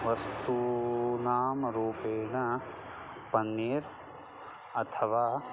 वस्तूनां रूपेण पन्नीर् अथवा